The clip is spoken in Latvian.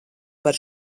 par